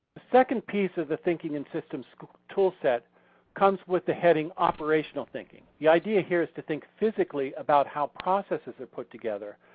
second piece of the thinking in systems toolset comes with the heading operational thinking. the idea here is to think physically about how processes are put together.